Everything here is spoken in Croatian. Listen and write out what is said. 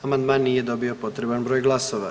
Amandman nije dobio potreban broj glasova.